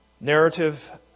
Narrative